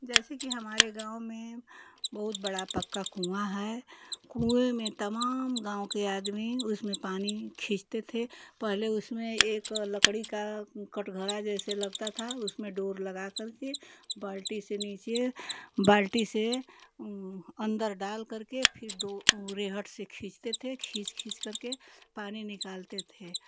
जैसे कि हमारे गाँव में बहुत बड़ा पक्का कुआँ है कुएँ में तमाम गाँव के आदमी उसमें पानी खींचते थे पहले उसमें एक लकड़ी का कटघड़ा जैसे लगता था उसमें डोर लगाकर के बाल्टी से नीचे बाल्टी से अंदर डाल करके फ़िर डो रेहट से खींचते थे खींच खींच करके पानी निकालते थे